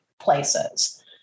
places